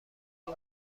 این